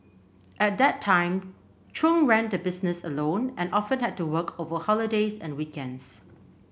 at that time Chung ran the business alone and often had to work over holidays and weekends